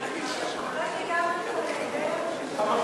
למה?